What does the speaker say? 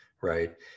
Right